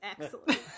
excellent